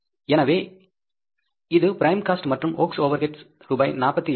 எனவே இது prime cost மற்றும் ஒர்க்ஸ் ஓவர்ஹெட்ஸ் ரூபாய் 48000 சரியா